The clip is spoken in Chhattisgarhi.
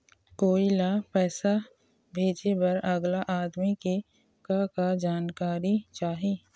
कोई ला पैसा भेजे बर अगला आदमी के का का जानकारी चाही?